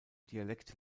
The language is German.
dialekt